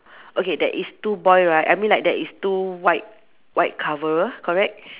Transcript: okay there is two boy right I mean like there is two white white cover correct